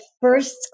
first